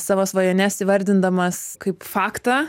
savo svajones įvardindamas kaip faktą